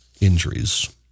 injuries